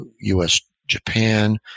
U.S.-Japan